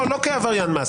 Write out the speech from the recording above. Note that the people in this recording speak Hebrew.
לא עבריין מס.